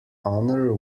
honor